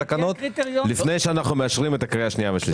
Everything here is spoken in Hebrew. בתקנות לפני שאנחנו מאשרים בקריאה שנייה ושלישית.